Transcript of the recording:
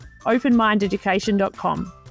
openmindeducation.com